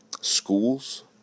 schools